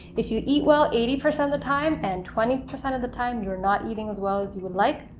if you eat well eighty percent of the time, and twenty percent of the time you're not eating as well as you would like,